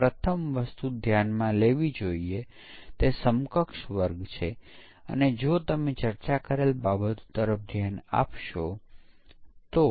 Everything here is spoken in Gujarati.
હવે જો આપણે આ પ્રવૃત્તિઓને વોટર ફોલ મોડેલ પર રજૂ કરીએ તો આપણે જોઈ શકીએ કે પરીક્ષણ ટીમ મોટે ભાગે પરીક્ષણના તબક્કા દરમિયાન કાર્યરત છે